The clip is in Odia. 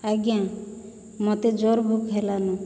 ଆଜ୍ଞା ମୋତେ ଜୋର୍ ଭୋକ୍ ହେଲାନ